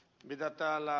kuten täällä ed